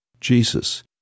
Jesus